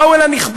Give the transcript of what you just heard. באו אל הנכבדים,